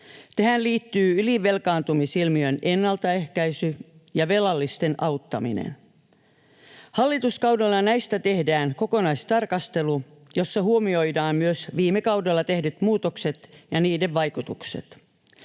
Tähän liittyy ylivelkaantumisilmiön ennaltaehkäisy ja velallisten auttaminen. Hallituskaudella näistä tehdään kokonaistarkastelu, jossa huomioidaan myös viime kaudella tehdyt muutokset ja niiden vaikutukset.